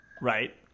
Right